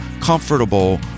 comfortable